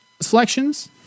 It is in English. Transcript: selections